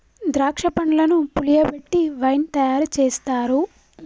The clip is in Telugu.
ద్రాక్ష పండ్లను పులియబెట్టి వైన్ తయారు చేస్తారు